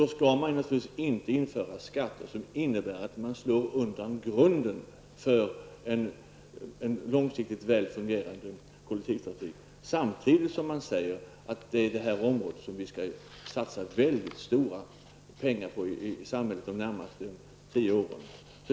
Då skall man naturligtvis inte införa skatter som innebär att grunden för en långsiktigt väl fungerande kollektivtrafik slås undan, samtidigt som man säger att det är på detta område som det skall satsas mycket pengar under de närmaste tio åren.